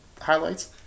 highlights